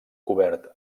cobert